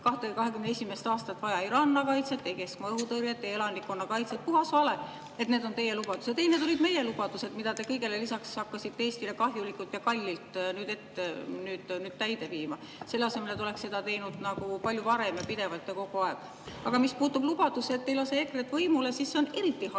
2021. aastat vaja – ei rannakaitset, ei keskmaa õhutõrjet, ei elanikkonnakaitset. Puhas vale, et need on teie lubadused. Ei, need olid meie lubadused, mida te kõigele lisaks hakkasite Eestile kahjulikult ja kallilt nüüd täide viima, selle asemel et te oleks seda teinud palju varem, pidevalt ja kogu aeg. Mis puutub lubadusse, ei te ei lase EKRE-t võimule, siis see on eriti halb